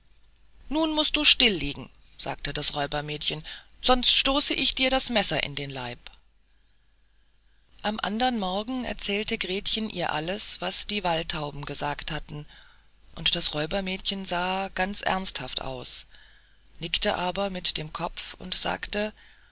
nun mußt du still liegen sagte das räubermädchen sonst stoße ich dir das messer in den leib am andern morgen erzählte gretchen ihr alles was die waldtauben gesagt hatten und das räubermädchen sah ganz ernsthaft aus nickte aber mit dem kopf und sagte